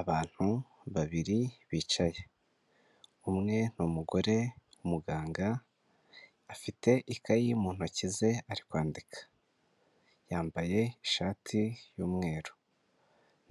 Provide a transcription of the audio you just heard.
Abantu babiri bicaye umwe ni umugore w'umuganga afite ikayi mu ntoki ze ari kwandika, yambaye ishati y'umweru